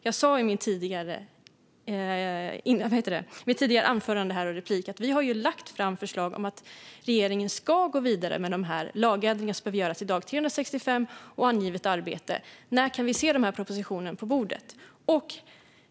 Jag sa i mitt tidigare inlägg att vi har lagt fram förslag om att regeringen ska gå vidare med de lagändringar som behöver göras i dag och som gäller 365 och angivet arbete. När kan vi se denna proposition på bordet?